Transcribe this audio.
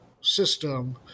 system